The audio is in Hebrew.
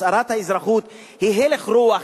הצהרת האזרחות היא הלך רוח,